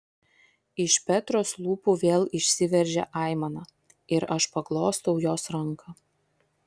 iš petros lūpų vėl išsiveržia aimana ir aš paglostau jos ranką